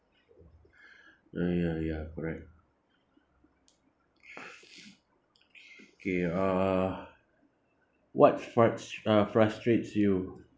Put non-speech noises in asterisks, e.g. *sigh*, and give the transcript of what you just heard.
*breath* ya ya ya correct *breath* okay uh what frust~ uh frustrates you